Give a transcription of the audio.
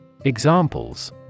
Examples